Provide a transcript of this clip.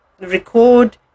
record